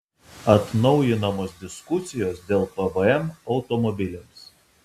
atnaujinamos diskusijos dėl pvm automobiliams